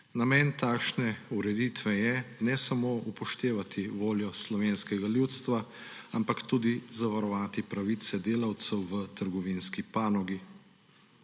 Namen takšne ureditve ni samo upoštevati voljo slovenskega ljudstva, ampak tudi zavarovati pravice delavcev v trgovinski panogi.